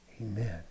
Amen